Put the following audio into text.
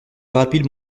rapide